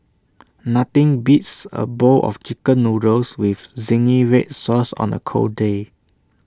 nothing beats A bowl of Chicken Noodles with Zingy Red Sauce on A cold day